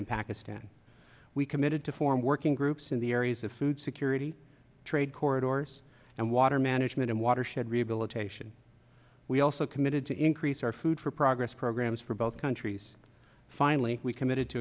and pakistan we committed to form working groups in the areas of food security trade corridors and water management and watershed rehabilitation we also committed to increase our food for progress programs for both countries finally we committed to